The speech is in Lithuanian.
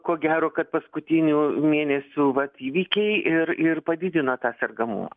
ko gero kad paskutinių mėnesių vat įvykiai ir ir padidina tą sergamumą